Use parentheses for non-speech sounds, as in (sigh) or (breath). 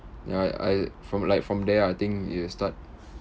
ya I I from like from there I think it will start (breath)